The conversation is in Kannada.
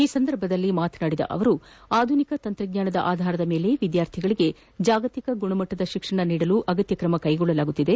ಈ ಸಂದರ್ಭದಲ್ಲಿ ಮಾತನಾಡಿದ ಅವರು ಆಧುನಿಕ ತಂತ್ರಜ್ಞಾನದ ಆಧಾರದ ಮೇಲೆ ವಿದ್ಯಾರ್ಥಿಗಳಿಗೆ ಜಾಗತಿಕ ಗುಣಮಟ್ಟದ ಶಿಕ್ಷಣ ನೀಡಲು ಅಗತ್ಯ ಕ್ರಮಕೈಗೊಳ್ಳಲಾಗುತ್ತಿದೆ